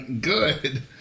Good